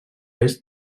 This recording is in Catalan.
est